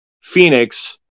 phoenix